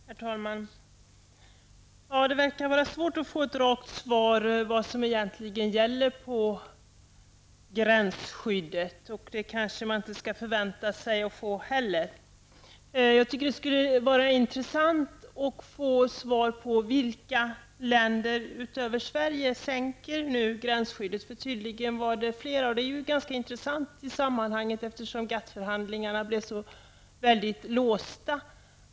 Herr talman! Ja, det verkar vara svårt att få ett rakt svar på vad som egentligen gäller för gränsskyddet, och man skall kanske inte heller förvänta sig att få något sådant. Jag tycker att det skulle vara intressant att få svar på vilka länder utöver Sverige som nu sänker gränsskyddet. Tydligen har det varit flera länder, och det är ganska intressant i sammanhanget, eftersom GATT-förhandlingarna blev så låsta.